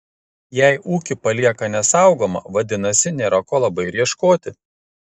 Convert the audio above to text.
jei ūkį palieka nesaugomą vadinasi nėra ko labai ir ieškoti